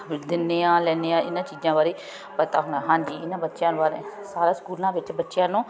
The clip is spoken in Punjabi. ਦਿੰਦੇ ਹਾਂ ਲੈਂਦੇ ਹਾਂ ਇਹਨਾਂ ਚੀਜ਼ਾਂ ਬਾਰੇ ਪਤਾ ਹੋਣਾ ਹਾਂਜੀ ਇਹਨਾਂ ਬੱਚਿਆਂ ਬਾਰੇ ਸਾਰੇ ਸਕੂਲਾਂ ਵਿੱਚ ਬੱਚਿਆਂ ਨੂੰ